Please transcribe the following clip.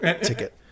ticket